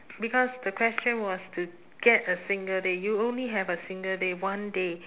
because the question was to get a single day you only have a single day one day